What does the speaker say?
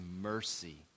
mercy